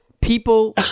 people